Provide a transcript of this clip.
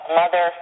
mother